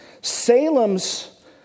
Salem's